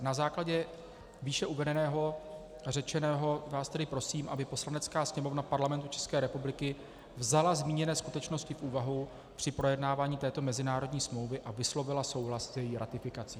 Na základě výše uvedeného a řečeného vás tedy prosím, aby Poslanecká sněmovna Parlamentu České republiky vzala zmíněné skutečnosti v úvahu při projednávání této mezinárodní smlouvy a vyslovila souhlas s její ratifikací.